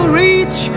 reach